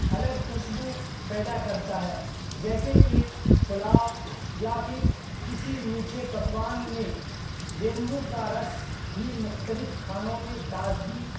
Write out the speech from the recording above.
الگ خوشبو پیدا کرتا ہے جیسے کہ پلاؤ یا پھر کسی میٹھے پکوان میں لیمبو کا رس بھی مختلف کھانوں میں تازگی